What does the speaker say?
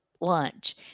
lunch